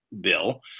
bill